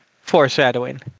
foreshadowing